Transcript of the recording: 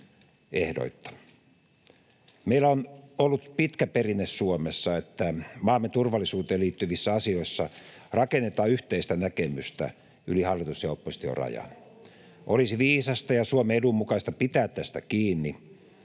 Meillä on ollut pitkä perinne Suomessa siitä, että maamme turvallisuuteen liittyvissä asioissa rakennetaan yhteistä näkemystä yli hallitus—oppositio-rajan. Olisi viisasta ja Suomen edun mukaista pitää tästä kiinni.